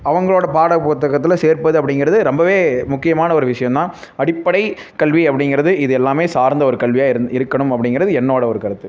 அவங்களோட பாடப்புத்தகத்தில் சேர்ப்பது அப்படிங்கிறது ரொம்பவே முக்கியமான ஒரு விஷயந்தான் அடிப்படை கல்வி அப்படிங்கிறது இது எல்லாமே சார்ந்த ஒரு கல்வியா இருந் இருக்கணும் அப்படிங்கிறது என்னோட ஒரு கருத்து